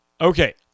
Okay